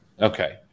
Okay